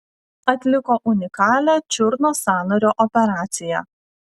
atliko unikalią čiurnos sąnario operaciją